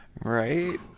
Right